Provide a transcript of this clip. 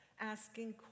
asking